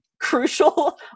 crucial